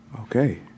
Okay